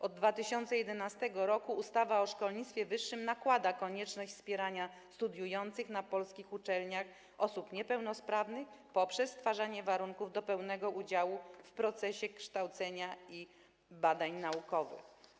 Od 2011 r. ustawa o szkolnictwie wyższym nakłada konieczność wspierania studiujących na polskich uczelniach osób niepełnosprawnych poprzez stwarzanie warunków do pełnego udziału w procesie kształcenia i badań naukowych.